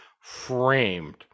Framed